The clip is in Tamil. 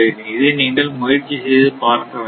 இதை நீங்கள் முயற்சி செய்து பார்க்க வேண்டாம்